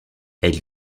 elle